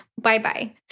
Bye-bye